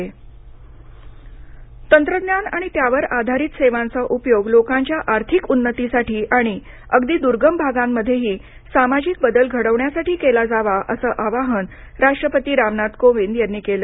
digital परस्कार तंत्रज्ञान आणि त्यावर आधारित सेवांचा उपयोग लोकांच्या आर्थिक उन्नतीसाठी आणि अगदी दुर्गम भागांमध्येही सामाजिक बदल घडवण्यासाठी केला जावा असं आवाहन राष्ट्रपती रामनाथ कोविंद यांनी केलं